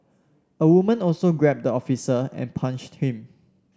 a woman also grabbed the officer and punched him